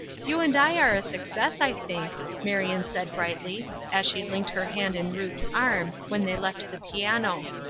you and i are a success, i think, marion said brightly, as she linked her hand in ruth's arm, when they left the piano.